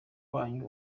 wanyu